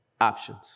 options